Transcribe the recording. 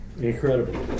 Incredible